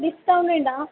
discount ഉണ്ടോ